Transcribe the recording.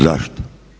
Zašto?